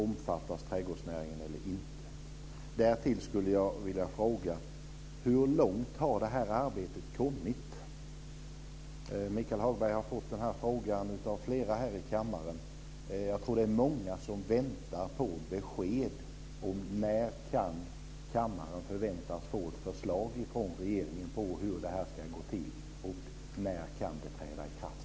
Omfattas trädgårdsnäringen eller inte? Därtill skulle jag vilja fråga: Hur långt har det här arbetet kommit? Michael Hagberg har fått den frågan av flera här i kammaren. Jag tror att det är många som väntar på besked. När kan kammaren förväntas få ett förslag från regeringen om hur det här ska gå till? Och när kan det träda i kraft?